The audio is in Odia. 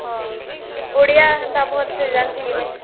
ହଁ ଓଡ଼ିଆ ହେନ୍ତା ଭଲସେ ଜାଣିଛି କି ନାଇଁ